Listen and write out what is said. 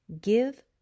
give